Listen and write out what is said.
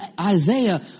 Isaiah